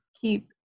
keep